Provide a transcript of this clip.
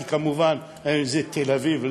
כי כמובן זה תל-אביב,